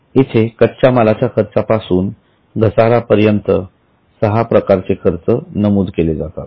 येथे कच्च्या मालाच्या खर्चापासून घसाऱ्यापर्यंत सहा प्रकारचे खर्च नमूद केले जातात